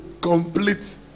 complete